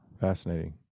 Fascinating